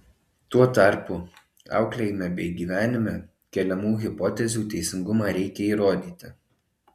tuo tarpu auklėjime bei gyvenime keliamų hipotezių teisingumą reikia įrodyti